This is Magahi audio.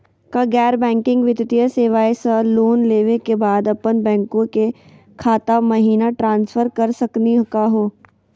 का गैर बैंकिंग वित्तीय सेवाएं स लोन लेवै के बाद अपन बैंको के खाता महिना ट्रांसफर कर सकनी का हो?